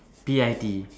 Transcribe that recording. P I T E